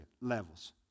levels